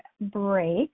break